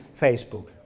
Facebook